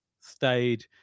stayed